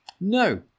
no